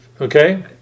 Okay